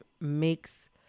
makes